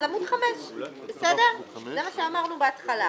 אז עמוד 5. זה מה שאמרנו בהתחלה,